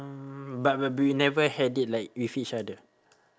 uh but but we never had it like with each other